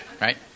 Right